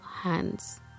hands